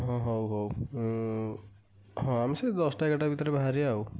ହଁ ହଉ ହଉ ହଁ ଆମେ ସେଇ ଦଶଟା ଏଗାରଟା ଭିତରେ ବାହାରିବା ଆଉ